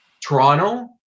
Toronto